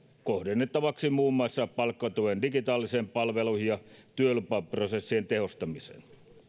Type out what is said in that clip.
kohdennettavaksi muun muassa palkkatuen digitaalisiin palveluihin ja työlupaprosessien tehostamiseen